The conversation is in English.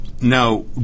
Now